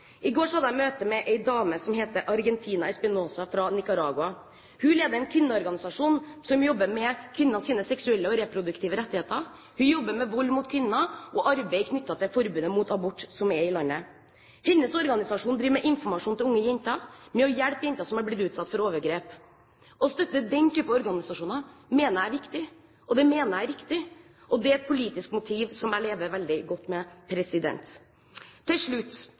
i går hadde møte med en dame som heter Argentina Espinoza fra Nicaragua. Hun leder en kvinneorganisasjon som jobber med kvinners seksuelle og reproduktive rettigheter. Hun jobber med vold mot kvinner og arbeid knyttet til forbudet mot abort, som er i landet. Hennes organisasjon driver med informasjon til unge jenter og hjelper jenter som har blitt utsatt for overgrep. Å støtte den type organisasjoner mener jeg er viktig, og det mener jeg er riktig. Det er et politisk motiv som jeg lever veldig godt med. Til slutt: